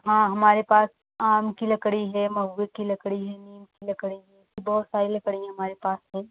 हाँ हमारे पास आम की लकड़ी है महुए की लकड़ी है लकड़ी बहुत सारी लकड़ियाँ हमारे पास हैं